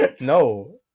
No